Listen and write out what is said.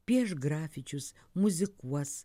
pieš grafičius muzikuos